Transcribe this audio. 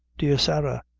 dear sarah.